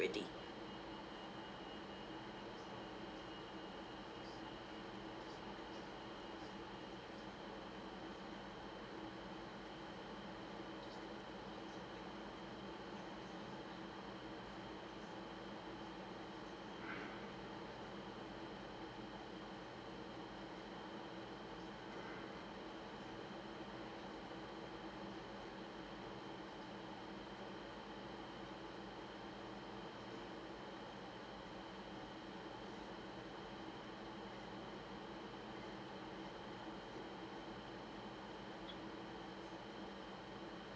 already